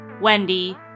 Wendy